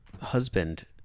husband